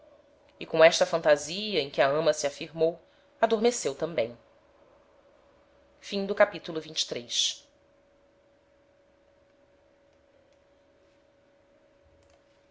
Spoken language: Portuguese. e com esta fantasia em que a ama se afirmou adormeceu tambem capitulo